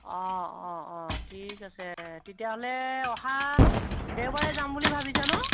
অঁ অঁ অঁ ঠিক আছে তেতিয়াহ'লে অহা দেওবাৰে যাম বুলি ভাবিছে নহ্